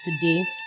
today